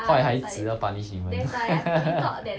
坏孩子要 punish 你们